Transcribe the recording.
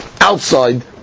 outside